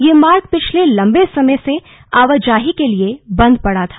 यह मार्ग पिछले लंबे समय से आवाजाही के लिए बंद पड़ा था